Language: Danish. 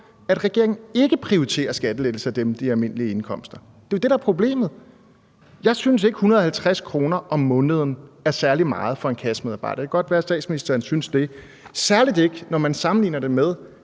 at regeringen ikke prioriterer skattelettelser til dem med almindelige indkomster. Det er jo det, der er problemet. Jeg synes ikke, at 150 kr. om måneden er særlig meget for en kassemedarbejder – det kan godt være, at statsministeren synes det – særlig ikke, når man sammenligner det med,